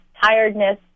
Tiredness